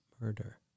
murder